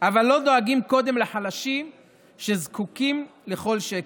אבל לא דואגים קודם לחלשים שזקוקים לכל שקל,